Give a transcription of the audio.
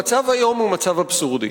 המצב היום הוא מצב אבסורדי.